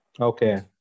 Okay